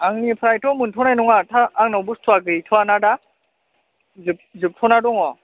आंनिफ्रायथ' मोनथ'नाय नङा आंनाव बुस्थुवा गैथ'याना दा जोबथ'ना दङ